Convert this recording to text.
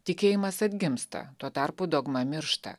tikėjimas atgimsta tuo tarpu dogma miršta